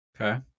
okay